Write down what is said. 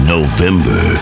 November